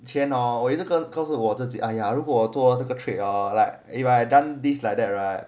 已前 hor 我一直跟告诉我自己 trade or like if I have done this like that right